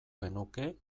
genuke